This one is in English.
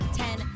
ten